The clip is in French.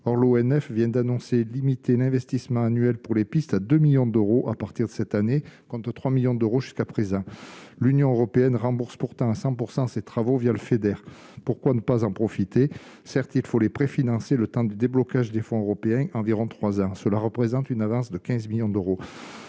en l'ONF viennent d'annoncer, limiter l'investissement annuel pour les pistes à 2 millions d'euros à partir de cette année quant 3 millions d'euros, jusqu'à présent, l'Union européenne rembourse pourtant à 100 % ses travaux via le Feder, pourquoi ne pas en profiter, certes il faut les préfinancer le temps du déblocage des fonds européens environ 3 ans, cela représente une avance de 15 millions d'euros,